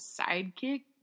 sidekick